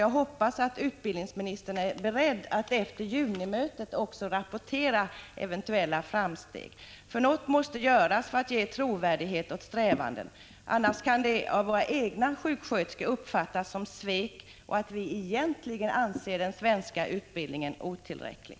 Jag hoppas att utbildningsministern är beredd att efter junimötet rapportera eventuella framsteg. Något måste göras för att ge trovärdighet åt strävandena. Annars kan det av våra egna sjuksköterskor uppfattas som svek och som att vi egentligen anser att den svenska utbildningen är otillräcklig.